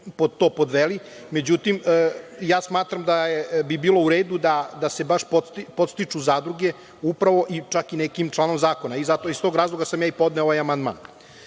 to podveli. Međutim, ja smatram da bi bilo u redu da se baš podstiču zadruge čak i nekim članom zakona i iz tog razloga sam ja i podneo ovaj amandman. Ono